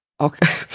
Okay